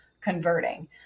converting